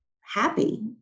happy